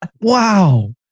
wow